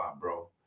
bro